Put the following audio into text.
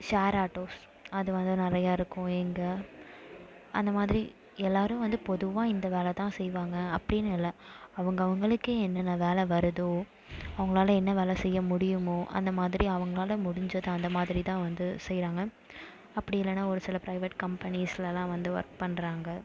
share autos அது வந்து நிறையா இருக்கும் இங்க அந்தமாதிரி எல்லாரும் வந்து பொதுவாக இந்த வேலை தான் செய்வாங்க அப்படின்னு இல்லை அவங்கவுங்களுக்கு என்னென்ன வேலை வருதோ அவங்களால என்ன வேலை செய்ய முடியுமோ அந்தமாதிரி அவங்களால முடிஞ்சதை அந்தமாதிரி தான் வந்து செய்கிறாங்க அப்படி இல்லைன்னா ஒரு சில ப்ரைவேட் கம்பெனிஸ்லலாம் வந்து ஒர்க் பண்ணுறாங்க